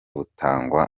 butangwa